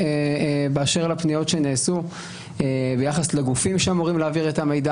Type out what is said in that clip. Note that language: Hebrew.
באשר לפניות שנעשו ביחס לגופים שאמורים להעביר את המידע